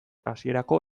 hasierako